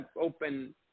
open